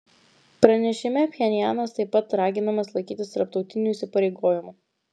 pranešime pchenjanas taip pat raginamas laikytis tarptautinių įsipareigojimų